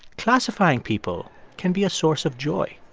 classifying people can be a source of joy